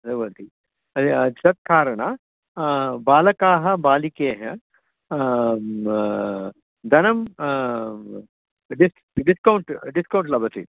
दति तत् कारणे बालकाः बालिकाः धनं डिस् डिस्कौण्ट् डिस्कौण्ट् लभ्यते